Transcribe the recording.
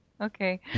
Okay